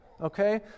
okay